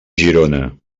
girona